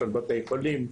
של בתי חולים.